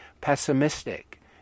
pessimistic